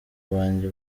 banjye